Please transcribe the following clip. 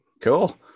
Cool